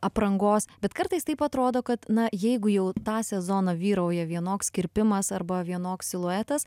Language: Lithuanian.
aprangos bet kartais taip atrodo kad na jeigu jau tą sezoną vyrauja vienoks kirpimas arba vienoks siluetas